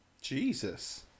Jesus